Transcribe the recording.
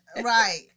right